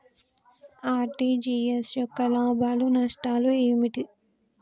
RTGS యొక్క లాభాలు నష్టాలు ఏమిటి?